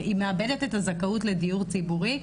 היא מאבדת את הזכאות לדיור ציבורי.